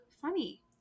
funny